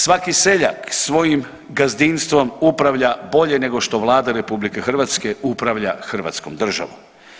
Svaki seljak svojim gazdinstvom upravlja bolje nego što Vlada RH upravlja Hrvatskom državom.